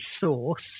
source